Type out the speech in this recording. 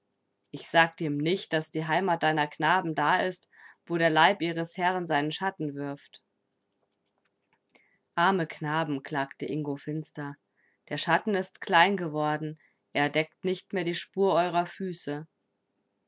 ich sagte ihm nicht daß die heimat deiner knaben da ist wo der leib ihres herrn seinen schatten wirft arme knaben klagte ingo finster der schatten ist klein geworden er deckt nicht mehr die spur eurer füße